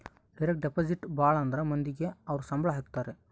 direct deposit ಭಾಳ ಅಂದ್ರ ಮಂದಿಗೆ ಅವ್ರ ಸಂಬ್ಳ ಹಾಕತರೆ